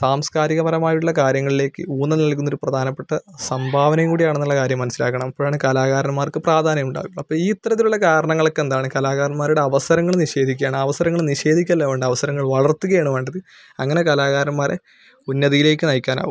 സാംസ്കാരികപരമായിട്ടുള്ള കാര്യങ്ങളിലേക്ക് ഊന്നൽ നൽകുന്ന ഒരു പ്രധാനപ്പെട്ട സംഭാവനയും കൂടി ആണെന്നുള്ള കാര്യം മനസ്സിലാക്കണം അപ്പോഴാണ് കലാകാരന്മാർക്ക് പ്രാധാന്യം ഉണ്ടാകുന്നത് അപ്പം ഈ ഇത്തരത്തിലുള്ള കാരണങ്ങൾക്ക് എന്താണ് കലാകാരന്മാരുടെ അവസരങ്ങൾ നിഷേധിക്കുകയാണ് അവസരങ്ങൾ നിഷേധിക്കുകയല്ല വേണ്ടത് അവസരങ്ങൾ വളർത്തുകയാണ് വേണ്ടത് അങ്ങനെ കലാകാരന്മാരെ ഉന്നതിയിലേക്ക് നയിക്കാനാവും